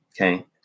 okay